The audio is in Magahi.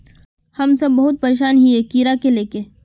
हम सब बहुत परेशान हिये कीड़ा के ले के?